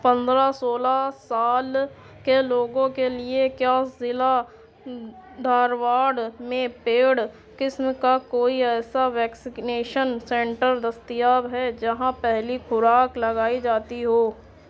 پندرہ سولہ سال کے لوگوں کے لیے کیا ضلع دھارواڑ میں پیڑ قسم کا کوئی ایسا ویکسکنیشن سینٹر دستیاب ہے جہاں پہلی خوراک لگائی جاتی ہو